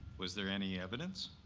was there any evidence?